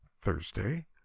Thursday